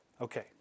Okay